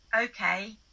okay